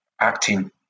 acting